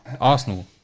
Arsenal